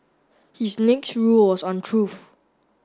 his next rule was on truth